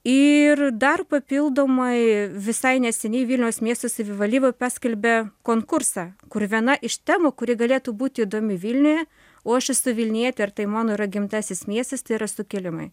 ir dar papildomai visai neseniai vilniaus miesto savivaldybė paskelbė konkursą kur viena iš temų kuri galėtų būti įdomi vilniuje o aš esu vilnietė ir tai mano yra gimtasis miestas tai yra sukilimai